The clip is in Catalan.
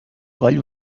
coll